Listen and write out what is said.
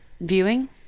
viewing